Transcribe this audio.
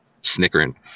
snickering